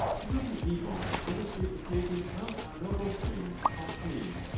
he will be able to illustrate the praises of our noble friend pompey,